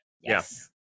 yes